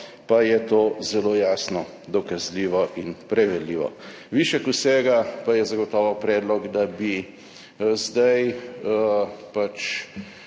pa je to zelo jasno dokazljivo in preverljivo. Višek vsega pa je zagotovo predlog, da bi zdaj pač